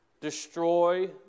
destroy